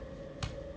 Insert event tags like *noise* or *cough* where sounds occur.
*noise*